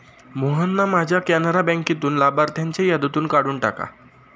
मोहनना माझ्या कॅनरा बँकेतून लाभार्थ्यांच्या यादीतून काढून टाका